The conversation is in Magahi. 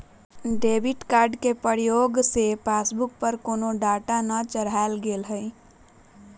डेबिट कार्ड के प्रयोग से पासबुक पर कोनो डाटा न चढ़ाएकर गेलइ ह